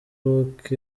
maroc